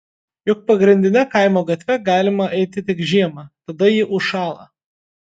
juk pagrindine kaimo gatve eiti galima tik žiemą tada ji užšąla